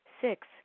Six